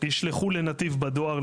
ישלחו ל"נתיב" בדואר,